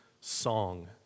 song